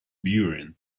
buren